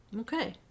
Okay